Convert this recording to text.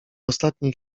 ostatniej